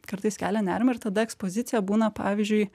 kartais kelia nerimą ir tada ekspozicija būna pavyzdžiui